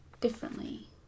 differently